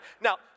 Now